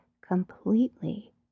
completely